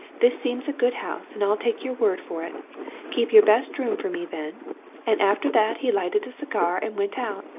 this seems a good house, and i'll take your word for it keep your best room for me, then and after that he lighted a cigar and went out,